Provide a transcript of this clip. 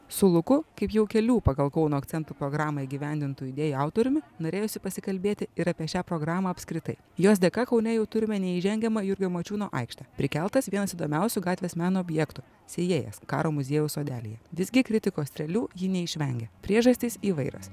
su luku kaip jau kelių pagal kauno akcentų programą įgyvendintų idėjų autoriumi norėjosi pasikalbėti ir apie šią programą apskritai jos dėka kaune jau turime neįžengiamą jurgio mačiūno aikštę prikeltas vienas įdomiausių gatvės meno objektų sėjėjas karo muziejaus sodelyje visgi kritikos strėlių ji neišvengia priežastys įvairios